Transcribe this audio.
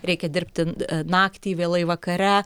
reikia dirbti naktį vėlai vakare